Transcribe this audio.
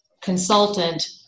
consultant